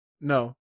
No